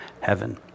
heaven